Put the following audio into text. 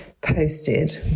posted